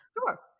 Sure